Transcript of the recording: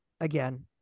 again